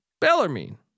Bellarmine